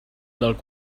dels